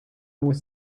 was